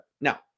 Now